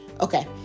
Okay